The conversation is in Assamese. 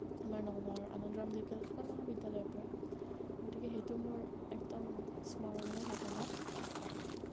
আমাৰ নগাঁৱৰ আনন্দৰাম ঢেকীয়াল ফুকন মহাবিদ্যালয়ৰ পৰা গতিকে সেইটো মোৰ একদম স্মৰণীয় ঘটনা